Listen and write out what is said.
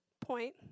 point